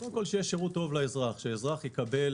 שאזרח יקבל